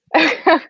Okay